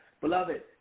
beloved